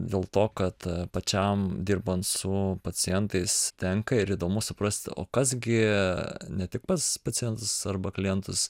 dėl to kad pačiam dirbant su pacientais tenka ir įdomu suprasti o kas gi ne tik pas pacientus arba klientus